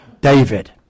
David